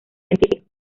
científicos